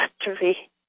History